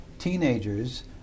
Teenagers